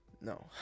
no